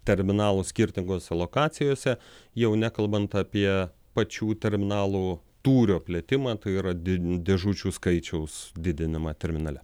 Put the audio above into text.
terminalų skirtingose lokacijose jau nekalbant apie pačių terminalų tūrio plėtimą tai yra di dėžučių skaičiaus didinimą terminale